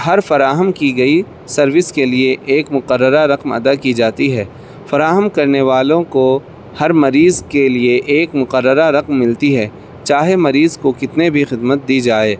ہر فراہم کی گئی سروس کے لیے ایک مقررہ رقم ادا کی جاتی ہے فراہم کرنے والوں کو ہر مریض کے لیے ایک مقررہ رقم ملتی ہے چاہے مریض کو کتنے بھی خدمت دی جائے